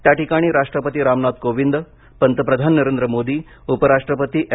त्याठिकाणी राष्ट्रपती रामनाथ कोविंद पंतप्रधान नरेंद्र मोदी उप राष्ट्रपती एम